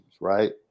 right